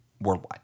Worldwide